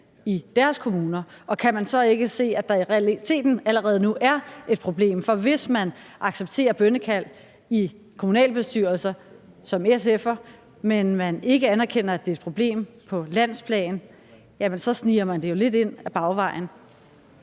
i deres kommuner? Og kan man så ikke se, at der i realiteten allerede nu er et problem? For hvis man som SF'er accepterer bønnekald i kommunalbestyrelser, men ikke anerkender, at det er et problem på landsplan, jamen så sniger man det jo lidt ind ad bagvejen.